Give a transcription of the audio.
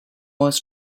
was